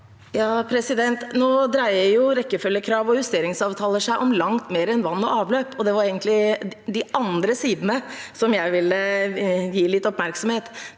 (H) Nå dreier jo rekkefølgekrav og justeringsavtaler seg om langt mer enn vann og avløp, og det var egentlig de andre sidene jeg ville gi litt oppmerksomhet.